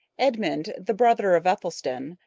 edmund, the brother of ethelstan,